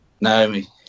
Naomi